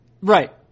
right